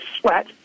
sweat